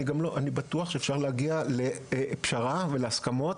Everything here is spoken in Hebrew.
אני גם בטוח שאפשר להגיע לפשרה ולהסכמות